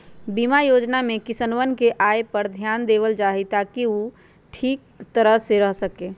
बीमा योजना में किसनवन के आय पर ध्यान देवल जाहई ताकि ऊ खेती ठीक तरह से कर सके